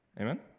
Amen